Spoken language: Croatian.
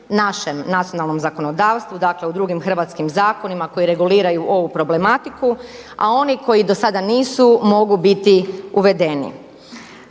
našem nacionalnom zakonodavstvu, dakle u drugim hrvatskim zakonima koji reguliraju ovu problematiku, a oni koji do sada nisu mogu biti uvedeni.